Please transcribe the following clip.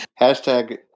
Hashtag